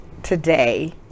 today